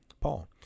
Paul